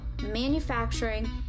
manufacturing